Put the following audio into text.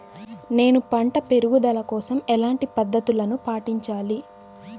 నేను పంట పెరుగుదల కోసం ఎలాంటి పద్దతులను పాటించాలి?